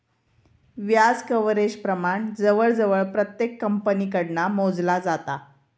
व्याज कव्हरेज प्रमाण जवळजवळ प्रत्येक कंपनीकडना मोजला जाता